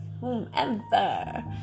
whomever